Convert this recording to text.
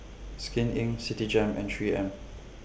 Skin Inc Citigem and three M